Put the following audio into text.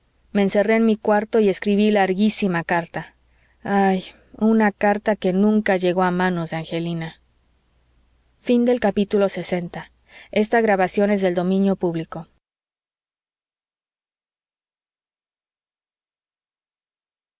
me encerré en mi cuarto y escribí larguísima carta ay una carta que nunca llegó a manos de angelina lxi